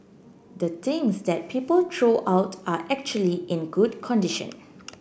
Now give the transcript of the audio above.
the things that people throw out are actually in good condition